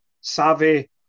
savvy